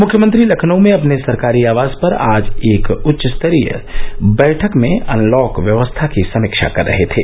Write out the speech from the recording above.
मुख्यमंत्री लखनऊ में अपने सरकारी आवास पर आज एक उच्च स्तरीय बैठक में अनलॉक व्यवस्था की समीक्षा कर रहे थे